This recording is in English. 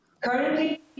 Currently